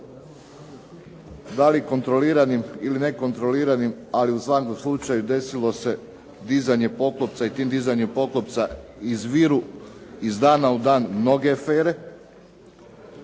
dali kontroliranim ili nekontroliranim, ali u svakom slučaju desilo se dizanje poklopca i tim dizanjem poklopca izviru iz dana u dan mnoge afere,